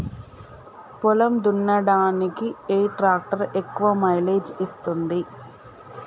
పొలం దున్నడానికి ఏ ట్రాక్టర్ ఎక్కువ మైలేజ్ ఇస్తుంది?